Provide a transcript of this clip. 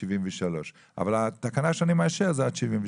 73. אבל התקנה שאני מאשר זה עד גיל 72,